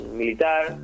militar